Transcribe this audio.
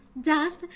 death